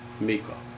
Miko